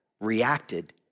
reacted